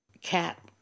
cat